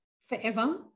forever